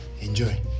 enjoy